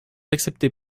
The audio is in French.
acceptez